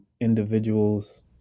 individuals